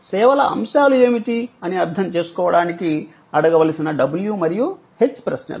సేవల అంశాలు ఏమిటి అని అర్థం చేసుకోవడానికి అడగవలసిన w మరియు h ప్రశ్నలు